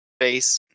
face